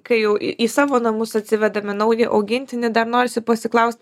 kai jau į į savo namus atsivedame naują augintinį dar norisi pasiklaust